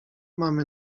mamy